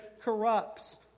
corrupts